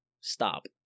stop